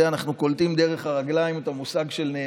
לומר לך, זה דבר התורה?